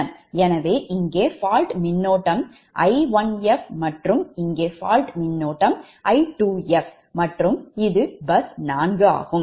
எனவே இங்கே fault மின்னோட்டம் I1f மற்றும் இங்கே fault மின்னோட்டம் I2f மற்றும் இது பஸ் 4 ஆகும்